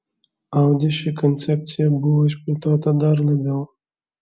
audi ši koncepcija buvo išplėtota dar labiau